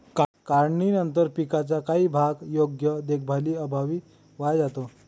काढणीनंतर पिकाचा काही भाग योग्य देखभालीअभावी वाया जातो